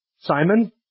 Simon